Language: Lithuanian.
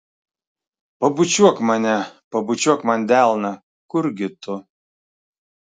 pabučiuok mane pabučiuok man delną kurgi tu